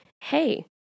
hey